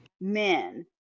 men